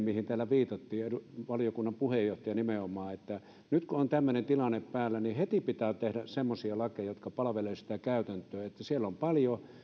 mihin täällä viitattiin valiokunnan puheenjohtaja nimenomaan että nyt kun on tämmöinen tilanne päällä niin heti pitää tehdä semmoisia lakeja jotka palvelevat sitä käytäntöä siellä on paljon